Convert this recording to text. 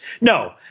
No